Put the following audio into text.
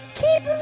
keep